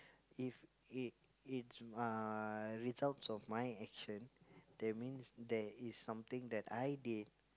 if it it's my results of my actions that means there is something that I did